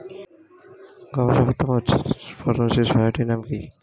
গমের সর্বোত্তম উচ্চফলনশীল ভ্যারাইটি নাম কি?